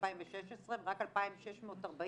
ב-2016 ורק 2640